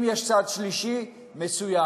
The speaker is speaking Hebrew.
אם יש צד שלישי, מצוין.